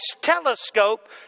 telescope